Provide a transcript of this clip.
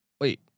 wait